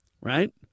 right